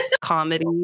comedy